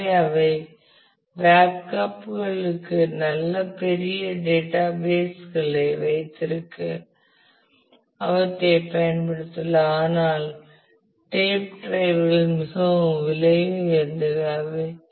எனவே அவை பேக்கப்களுக்கு நல்ல பெரிய டேட்டாபேஸ் களை வைத்திருக்க அவற்றைப் பயன்படுத்தலாம் ஆனால் டேப் டிரைவ்கள் மிகவும் விலை உயர்ந்தவை